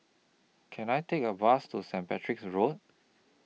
Can I Take A Bus to Saint Patrick's Road